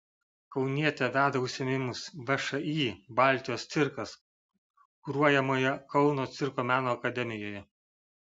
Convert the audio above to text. kaunietė veda užsiėmimus všį baltijos cirkas kuruojamoje kauno cirko meno akademijoje